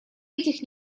этих